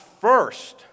first